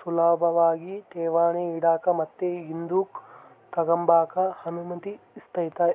ಸುಲುಭಾಗಿ ಠೇವಣಿ ಇಡಾಕ ಮತ್ತೆ ಹಿಂದುಕ್ ತಗಂಬಕ ಅನುಮತಿಸ್ತತೆ